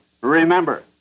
remember